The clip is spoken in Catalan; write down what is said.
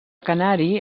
canari